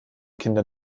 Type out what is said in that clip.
kinder